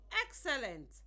Excellent